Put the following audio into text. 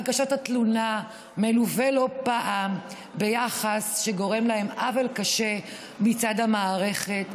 הגשת התלונה מלווה לא פעם ביחס שגורם להם עוול קשה מצד המערכת,